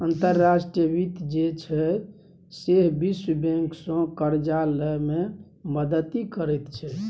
अंतर्राष्ट्रीय वित्त जे छै सैह विश्व बैंकसँ करजा लए मे मदति करैत छै